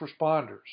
responders